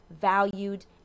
valued